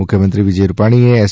મુખ્યમંત્રી વિજય રૂપાણીએ એસ